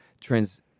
Trans